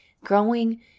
growing